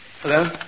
Hello